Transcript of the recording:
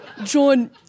John